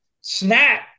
snap